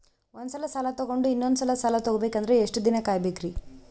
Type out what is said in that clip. ಒಂದ್ಸಲ ಸಾಲ ತಗೊಂಡು ಇನ್ನೊಂದ್ ಸಲ ಸಾಲ ತಗೊಬೇಕಂದ್ರೆ ಎಷ್ಟ್ ದಿನ ಕಾಯ್ಬೇಕ್ರಿ?